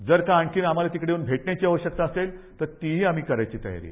जर का आम्हाला तिकडे येऊन भेटण्याची आवश्यकता असेल तर ते ही आम्ही करायची तयारी आहे